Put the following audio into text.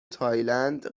تایلند